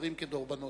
דברים כדרבונות.